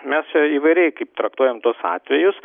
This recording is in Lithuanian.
mes čia įvairiai kaip traktuojam tuos atvejus